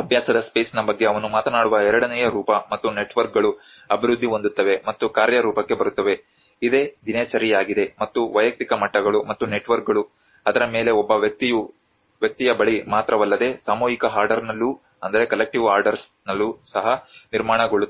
ಅಭ್ಯಾಸದ ಸ್ಪೇಸ್ನ ಬಗ್ಗೆ ಅವನು ಮಾತನಾಡುವ ಎರಡನೆಯ ರೂಪ ಮತ್ತು ನೆಟ್ವರ್ಕ್ಗಳು ಅಭಿವೃದ್ಧಿ ಹೊಂದುತ್ತವೆ ಮತ್ತು ಕಾರ್ಯರೂಪಕ್ಕೆ ಬರುತ್ತವೆ ಇದೇ ದಿನಚರಿಯಾಗಿದೆ ಮತ್ತು ವೈಯಕ್ತಿಕ ಮಟ್ಟಗಳು ಮತ್ತು ನೆಟ್ವರ್ಕ್ಗಳು ಅದರ ಮೇಲೆ ಒಬ್ಬ ವ್ಯಕ್ತಿಯ ಬಳಿ ಮಾತ್ರವಲ್ಲದೆ ಸಾಮೂಹಿಕ ಆರ್ಡರ್ನಲ್ಲೂ ಸಹ ನಿರ್ಮಾಣಗೊಳ್ಳುತ್ತವೆ